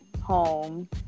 home